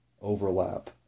overlap